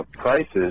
Prices